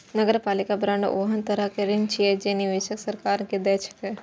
नगरपालिका बांड ओहन तरहक ऋण छियै, जे निवेशक सरकार के दै छै